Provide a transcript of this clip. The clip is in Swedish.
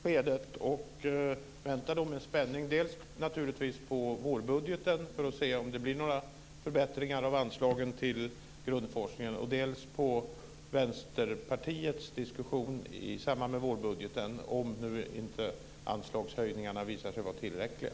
Fru talman! Jag tackar för det beskedet och väntar med spänning dels på vårbudgeten för att se om det blir några förbättringar av anslagen till grundforskningen, dels på Vänsterpartiets diskussion i samband med vårbudgeten om anslagshöjningarna inte visar sig vara tillräckliga.